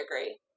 agree